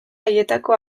haietako